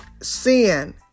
sin